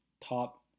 top